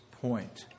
point